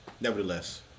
nevertheless